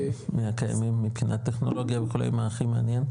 מהקיימים מבחינת טכנולוגיה וכו' מה הכי מעניין?